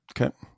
Okay